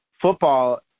football